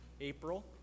April